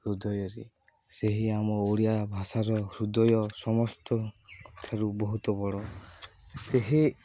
ହୃଦୟରେ ସେହି ଆମ ଓଡ଼ିଆ ଭାଷାର ହୃଦୟ ସମସ୍ତଙ୍କଠାରୁ ବହୁତ ବଡ଼ ସେହି